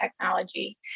technology